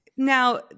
Now